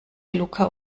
luca